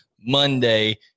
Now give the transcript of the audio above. Monday